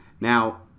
Now